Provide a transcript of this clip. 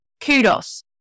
Kudos